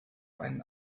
einen